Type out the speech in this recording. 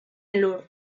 lur